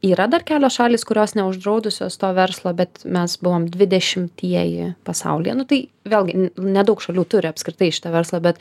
yra dar kelios šalys kurios neuždraudusios to verslo bet mes buvom dvidešimtieji pasaulyje tai vėlgi nedaug šalių turi apskritai šitą verslą bet